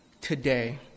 today